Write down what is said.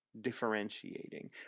differentiating